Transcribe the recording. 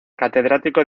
catedrático